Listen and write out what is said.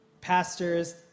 pastors